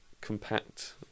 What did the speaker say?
compact